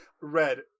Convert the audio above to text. red